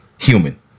human